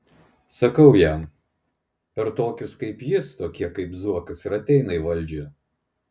sakau jam per tokius kaip jis tokie kaip zuokas ir ateina į valdžią